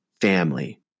family